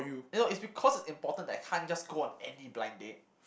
eh no it's because it's important that I can't just go on any blind date